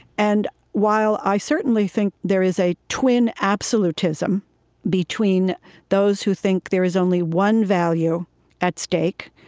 and while i certainly think there is a twin absolutism between those who think there is only one value at stake,